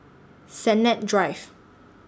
Sennett Drive